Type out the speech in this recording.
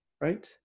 right